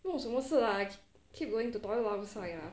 不懂什么事 lah keep going to toilet lao sai lah